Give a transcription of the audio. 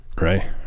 Right